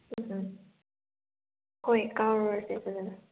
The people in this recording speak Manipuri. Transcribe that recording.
ꯎꯝ ꯍꯣꯏ ꯀꯥꯔꯨꯔꯁꯦ ꯐꯖꯅ